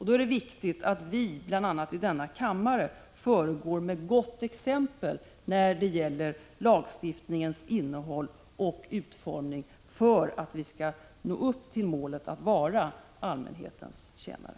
Då är det viktigt att vi, bl.a. i denna kammare, föregår med gott exempel när det gäller lagstiftningens innehåll och utformning, så att vi kan nå upp till målet att vara allmänhetens tjänare.